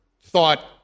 thought